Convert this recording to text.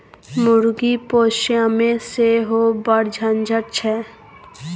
मुर्गी पोसयमे सेहो बड़ झंझट छै